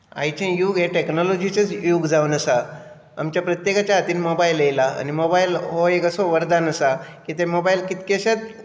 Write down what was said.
आयचें यूग हें टॅक्नोलोजीचेंच यूग जावन आसा आमच्या प्रत्येकाच्या हातीन मोबायल येयला आनी मोबायल हो एक असो वरदान आसा की ते मोबायल कितलेशेंच